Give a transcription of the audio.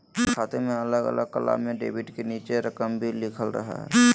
खाते में अलग अलग कालम में डेबिट के नीचे रकम भी लिखल रहा हइ